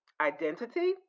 identity